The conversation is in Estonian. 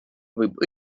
võib